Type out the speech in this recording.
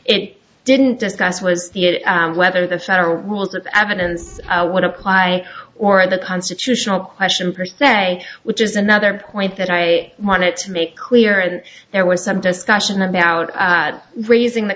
it didn't discuss was the whether the federal rules of evidence would apply or the constitutional question for say which is another point that i wanted to make clear and there was some discussion about raising the